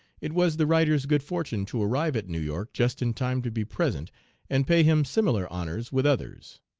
it was the writer's good fortune to arrive at new york just in time to be present and pay him similar honors with others.